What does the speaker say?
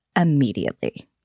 immediately